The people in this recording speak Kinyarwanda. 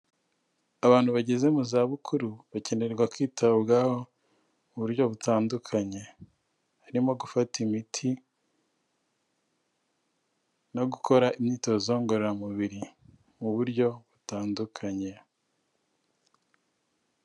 Abantu bageze mu zabukuru bakenerwa kwitabwaho mu buryo butandukanye, harimo gufata imiti no gukora imyitozo ngororamubiri mu buryo butandukanye.